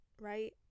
right